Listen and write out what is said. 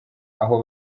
aho